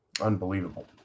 Unbelievable